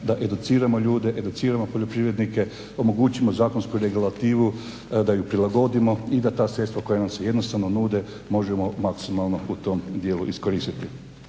da educiramo ljude, educiramo poljoprivrednike, omogućimo zakonsku regulativu, da ju prilagodimo i da ta sredstva koja nam se jednostavno nude možemo maksimalno u tom dijelu iskoristiti.